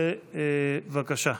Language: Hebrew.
בבקשה.